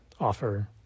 offer